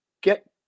get